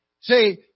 See